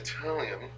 Italian